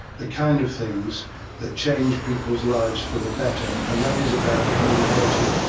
the kind of things that change people's life's for the better and that is about communicating,